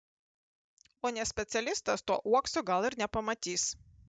o ne specialistas to uokso gal ir nepamatys